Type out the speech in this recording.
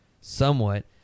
Somewhat